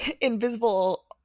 invisible